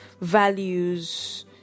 values